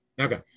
Okay